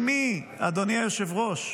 עם מי, אדוני היושב-ראש?